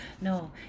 No